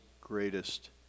greatest